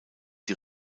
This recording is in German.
die